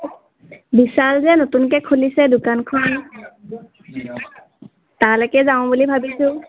বিশাল যে নতুনকৈ খুলিছে দোকানখন তালৈকে যাওঁ বুলি ভাবিছোঁ